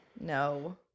No